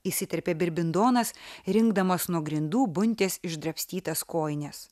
įsiterpė birbindonas rinkdamas nuo grindų buntės išdrabstytas kojines